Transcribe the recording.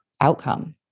outcome